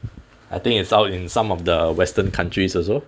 I think it's out in some of the western countries also